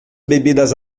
bebidas